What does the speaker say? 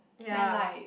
ya